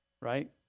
Right